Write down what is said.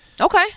Okay